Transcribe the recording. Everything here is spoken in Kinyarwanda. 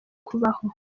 kubaho